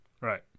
right